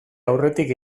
aurretik